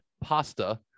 pasta